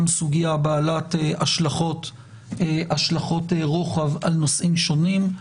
סוגיה בעלת השלכות רוחב על נושאים שונים.